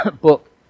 book